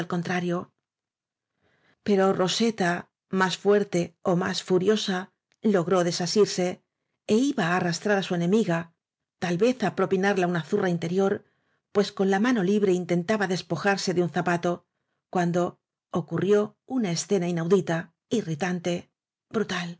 contrario pero roseta más fuerte ó más furiosa lo gró desasirse é iba á arrastrar á su enemiga tal vez á propinarla una zurra interior pues con la mano libre intentaba despojarse de un zapato cuando ocurrió una escena inaudita irritante brutal